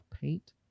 Paint